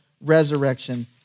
resurrection